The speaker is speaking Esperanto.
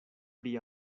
pri